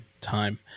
Time